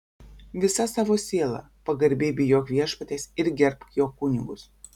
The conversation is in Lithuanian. visa savo siela pagarbiai bijok viešpaties ir gerbk jo kunigus